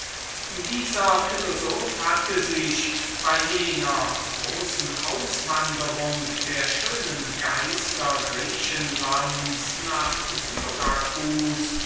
dieser philosoph hatte sich bei jener großen migration der schönen geister aus griechenland nach syracus